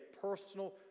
personal